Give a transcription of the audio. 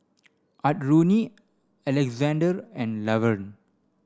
Audrina Alexzander and Lavern